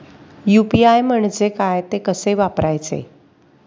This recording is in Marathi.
यु.पी.आय म्हणजे काय, ते कसे वापरायचे?